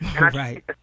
right